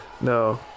No